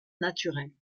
naturel